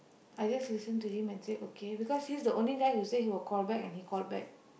I just listen to him and say okay because he's the only guy he said he will call back and he called back